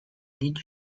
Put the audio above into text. did